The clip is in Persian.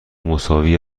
مساوی